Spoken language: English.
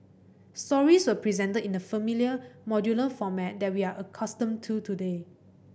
stories were presented in the familiar modular format that we are accustomed to today